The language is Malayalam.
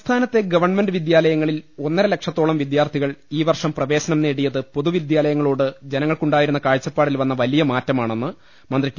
സംസ്ഥാനത്തെ ഗവൺമെന്റ് വിദ്യാലയങ്ങളിൽ ഒന്നരലക്ഷ ത്തോളം വിദ്യാർത്ഥികൾ ഈ വർഷം പ്രവേശനം നേടിയത് പൊതുവിദ്യാലയങ്ങളോട് ജനങ്ങൾക്കുണ്ടായിരുന്ന കാഴ്ചപ്പാടിൽ വന്ന വലിയമാറ്റമാണെന്ന് മന്ത്രി ടി